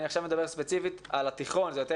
ואני מדבר ספציפית על התיכון שזה יותר